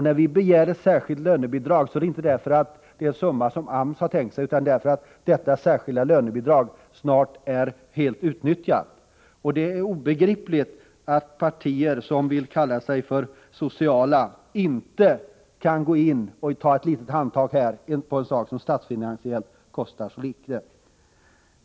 När vi begärt särskilt lönebidrag är det inte därför att det är en summa som AMS har tänkt sig utan därför att detta särskilda lönebidrag snart är helt utnyttjat. Det är obegripligt att partier som vill kalla sig sociala inte kan gå in och göra ett litet handtag när det gäller en sak som statsfinansiellt kostar så litet.